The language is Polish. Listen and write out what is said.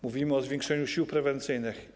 Mówimy o zwiększeniu sił prewencyjnych.